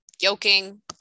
Yoking